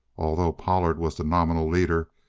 although pollard was the nominal leader,